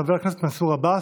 חבר הכנסת מנסור עבאס,